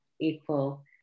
equal